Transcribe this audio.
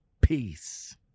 Peace